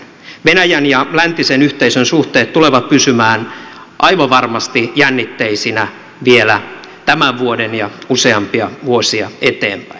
venäjän ja läntisen yhteisön suhteet tulevat pysymään aivan varmasti jännitteisinä vielä tämän vuoden ja useampia vuosia eteenpäin